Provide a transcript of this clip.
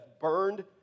burned